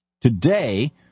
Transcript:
Today